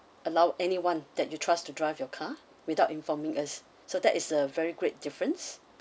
allow anyone that you trust to drive your car without informing us so that is a very great difference